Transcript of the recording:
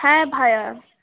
হ্যাঁ ভায়া